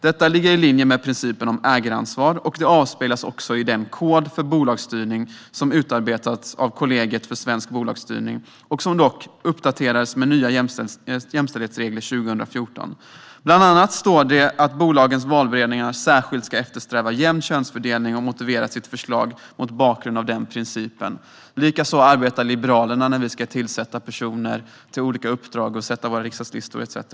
Detta ligger i linje med principen om ägaransvar, och det avspeglas också i den kod för bolagsstyrning som utarbetats av Kollegiet för svensk bolagsstyrning, som dock uppdaterats med nya jämställdhetsregler 2014. Bland annat står det att bolagens valberedningar särskilt ska eftersträva jämn könsfördelning och motivera sina förslag mot bakgrund av den principen. På detta sätt arbetar Liberalerna när vi ska tillsätta personer till olika uppdrag, sätta våra riksdagslistor och så vidare.